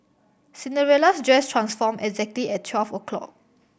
Cinderella's dress transformed exactly at twelve o' clock